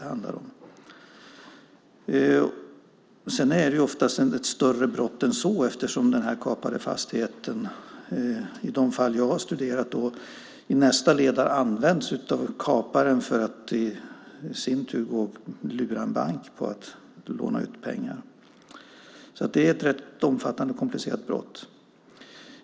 Ofta är det dessutom fråga om ett större brott än så eftersom den kapade fastigheten, åtminstone i de fall som jag studerat, i nästa led har använts av kaparen som i sin tur lurar en bank att låna ut pengar. Det här är alltså ett rätt omfattande och komplicerat brott.